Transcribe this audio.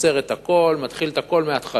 עוצר את הכול, מתחיל את הכול מהתחלה.